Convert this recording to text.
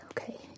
okay